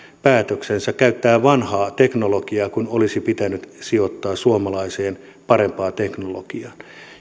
päätöksensä käyttää vanhaa teknologiaa kun olisi pitänyt sijoittaa suomalaiseen parempaan teknologiaan